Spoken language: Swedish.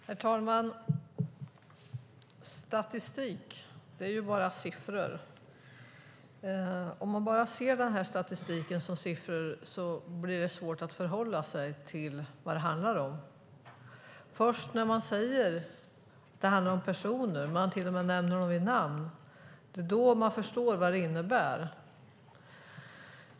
Herr talman! Statistik är bara siffror. Om man bara ser statistiken som siffror blir det svårt att förhålla sig till vad det handlar om. Det är först när man säger att det handlar om personer, och till och med nämner dem vid namn, man förstår vad det innebär.